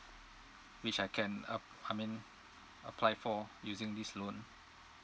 which I can uh I mean apply for using this loan